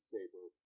Saber